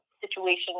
situation